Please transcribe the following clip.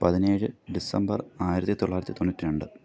പതിനേഴ് ഡിസംബർ ആയിരത്തിത്തൊള്ളായിരത്തി തൊണ്ണൂറ്റിരണ്ട്